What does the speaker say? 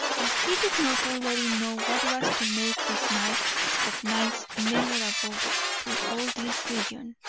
if he did not already know what was to make this night of nights memorable through all this region.